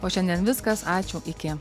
o šiandien viskas ačiū iki